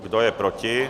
Kdo je proti?